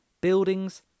Buildings